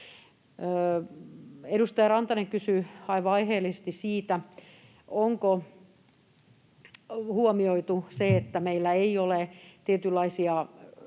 Edustaja Rantanen kysyi aivan aiheellisesti siitä, onko huomioitu se, että meillä ei ole esimerkiksi